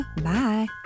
Bye